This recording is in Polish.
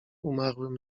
umarłym